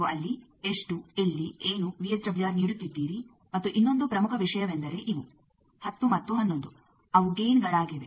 ನೀವು ಅಲ್ಲಿ ಎಷ್ಟು ಎಲ್ಲಿ ಏನು ವಿಎಸ್ಡಬ್ಲ್ಯೂಆರ್ ನೀಡುತ್ತಿದ್ದೀರಿ ಮತ್ತು ಇನ್ನೊಂದು ಪ್ರಮುಖ ವಿಷಯವೆಂದರೆ ಇವು 10 ಮಾತ್ತು 11 ಅವು ಗೈನ್ಗಳಾಗಿವೆ